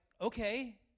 okay